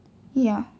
ya